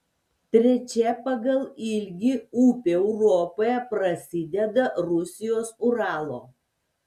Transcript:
trečia pagal ilgį upė europoje prasideda rusijos uralo